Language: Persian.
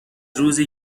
روزی